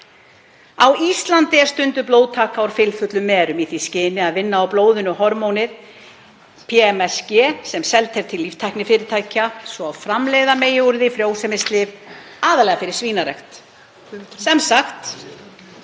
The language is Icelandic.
Á Íslandi er stunduð blóðtaka úr fylfullum merum í því skyni að vinna úr blóðinu hormónið PMSG, sem selt er til líftæknifyrirtækja svo að framleiða megi frjósemislyf, aðallega fyrir svínarækt. Sem sagt,